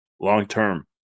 long-term